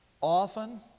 Often